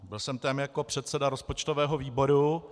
Byl jsem tam jako předseda rozpočtového výboru.